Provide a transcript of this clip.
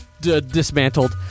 dismantled